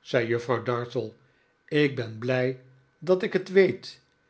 zei juffrouw dartle ik ben blij dat ik het weet